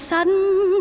sudden